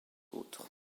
autres